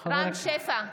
שפע,